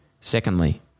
secondly